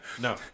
no